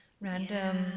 random